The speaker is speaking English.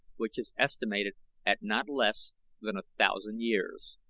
which is estimated at not less than a thousand years.